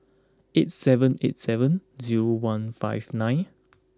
eight seven eight seven zero one five nine